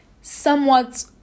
somewhat